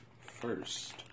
first